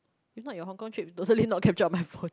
if not your Hong-Kong trip totally not capture on my phone